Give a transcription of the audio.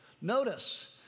Notice